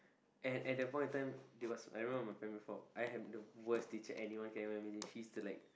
and at the point of time it was I remember I was primary four I had the worst teacher that anyone can ever imagine she was like